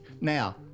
now